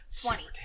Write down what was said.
Twenty